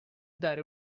dare